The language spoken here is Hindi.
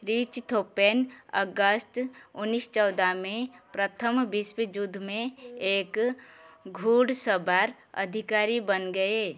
रिच थोपेन अगस्त उन्नीस चौदह में प्रथम विश्व युद्ध में एक घुड़सवार अधिकारी बन गए